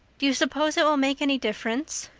do you suppose it will make any difference